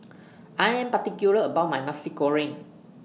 I Am particular about My Nasi Goreng